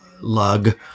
lug